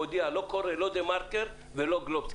מודיע: אני לא קורא לא דה-מרקר ולא גלובס,